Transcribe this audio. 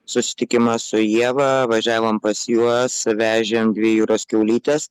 susitikimą su ieva važiavom pas juos vežėm dvi jūros kiaulytes